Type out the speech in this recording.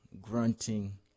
grunting